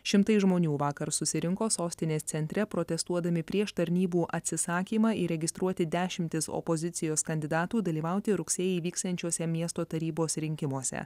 šimtai žmonių vakar susirinko sostinės centre protestuodami prieš tarnybų atsisakymą įregistruoti dešimtis opozicijos kandidatų dalyvauti rugsėjį vyksiančiuose miesto tarybos rinkimuose